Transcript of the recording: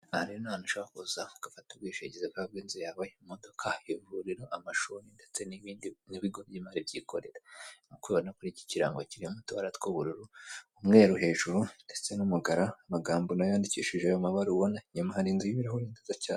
Aha ni ahantu ushobora kuza ugafata ubwishingizi bw'inzu yawe, imidoka, ivuriro, amashuri, ndetse n'ibindi n'ibingo by'imari byikorera. Nk'uko ubibona kino kirango kirimo utubara tw'ubururu, umweru hejuru ndetse n'umukara, amagambo nayo yandikishije ayo mabara ubona, inyuma hari inzu y'ibirahure nziza cyane.